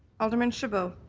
alderman chabot?